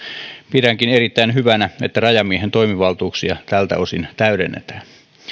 pidänkin erittäin hyvänä että rajamiehen toimivaltuuksia tältä osin täydennetään